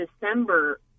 December